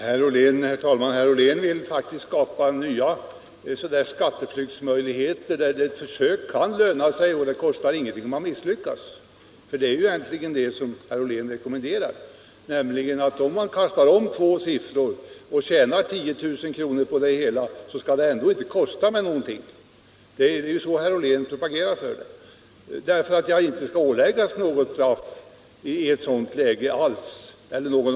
Herr talman! Herr Ollén vill faktiskt skapa nya skatteflyktsmöjligheter, där ett försök kan löna sig och där det inte kostar någonting om man misslyckas — det är ju egentligen vad herr Ollén rekommenderar! Om man kastar om två siffror och tjänar 10 000 kr. på det hela skall det ändå inte behöva kosta någonting! Det är ju sådant som herr Ollén propagerar för när han inte vill att man i det läget skall åläggas något skattetillägg.